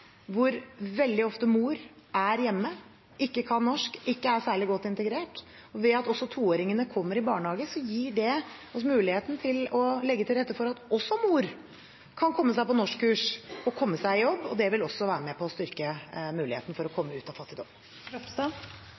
hvor mor veldig ofte er hjemme, ikke kan norsk, ikke er særlig godt integrert, og ved at også toåringene kommer i barnehagen, gir det oss muligheten for å legge til rette for at også mor kan komme seg på norskkurs og komme seg i jobb, og det vil være med på å styrke muligheten for å komme ut av fattigdom.